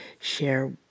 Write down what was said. share